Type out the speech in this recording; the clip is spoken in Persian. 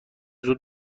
زود